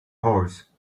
horse